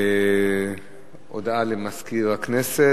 הודעה למזכירת הכנסת.